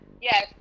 Yes